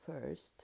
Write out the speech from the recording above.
first